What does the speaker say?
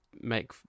make